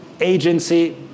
agency